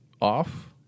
off